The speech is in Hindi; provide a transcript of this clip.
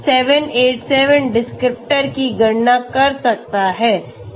तो ChemDes यह 787 डिस्क्रिप्टर की गणना कर सकता है